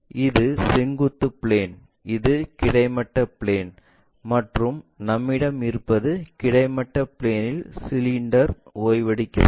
இது செங்குத்து பிளேன் இது கிடைமட்ட பிளேன் மற்றும் நம்மிடம் இருப்பது கிடைமட்ட பிளேன்இல் சிலிண்டர் ஓய்வெடுக்கிறது